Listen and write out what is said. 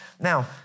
Now